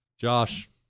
Josh